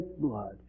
blood